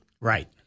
Right